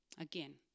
Again